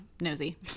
nosy